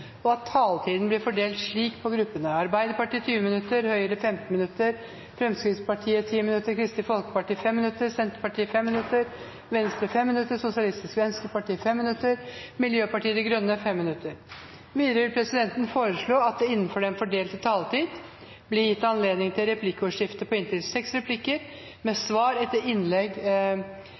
og at taletiden blir fordelt slik på partigruppene: Arbeiderpartiet 20 minutter, Høyre 15 minutter, Fremskrittspartiet 10 minutter, Kristelig Folkeparti 5 minutter, Senterpartiet 5 minutter, Venstre 5 minutter, SV 5 minutter og Miljøpartiet De Grønne 5 minutter. Videre vil presidenten foreslå at det gis anledning til replikkordskifte på inntil seks replikker med